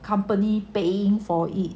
company paying for it